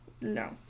No